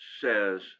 says